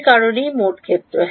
এই কারণেই মোট ক্ষেত্র